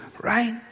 Right